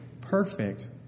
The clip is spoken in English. perfect